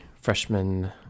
freshman